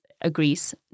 agrees